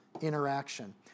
interaction